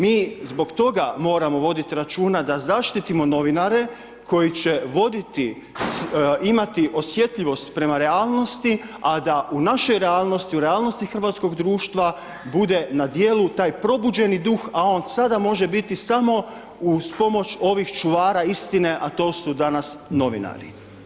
Mi zbog toga moramo voditi računa da zaštitimo novinare koji će voditi, imati osjetljivost prema realnosti a da u našoj realnosti, u realnosti hrvatskog društva bude na djelu taj probuđeni duh a on sada može biti samo uz pomoć ovih čuvara istine a to su danas novinari.